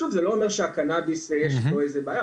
זה לא אומר שהקנביס יש בו איזה שהיא בעיה,